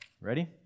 ready